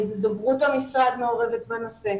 דוברות המשרד מעורבת בנושא.